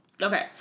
okay